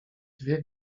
dwie